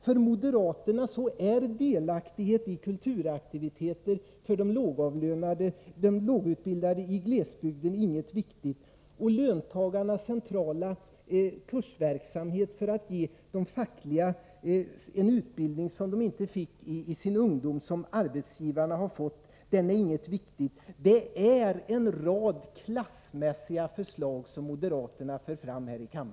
För moderaterna är det inte heller viktigt med vare sig delaktighet i kulturaktiviteter för de lågavlönade och lågutbildade i glesbygden eller med löntagarnas centrala kursverksamhet för att ge de fackligt aktiva en utbildning som de inte fick i sin ungdom men som Nr 106 arbetsgivarna har fått.